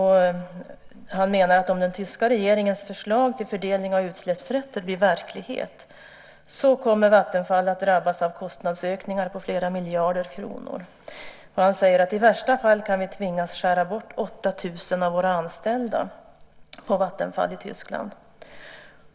Han menar att om den tyska regeringens förslag till fördelning av utsläppsrätter blir verklighet kommer Vattenfall att drabbas av kostnadsökningar på flera miljarder kronor. Han säger: "I värsta fall kan vi tvingas skära bort 8 000 av våra anställda." Det gäller Vattenfall i Tyskland.